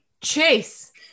Chase